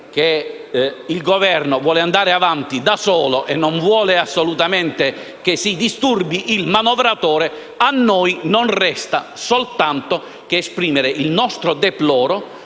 che il Governo vuole andare avanti da solo e non vuole assolutamente che si disturbi il manovratore, a noi non resta che esprimere il nostro deploro